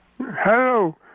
Hello